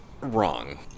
wrong